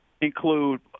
include